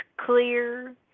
clear